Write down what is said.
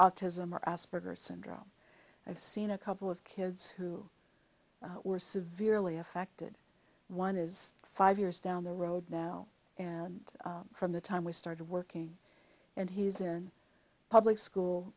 autism or asperger's syndrome i've seen a couple of kids who were severely affected one is five years down the road now and from the time we started working and he's in public school